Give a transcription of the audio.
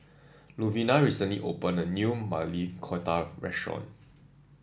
Louvenia recently opened a new Maili Kofta Restaurant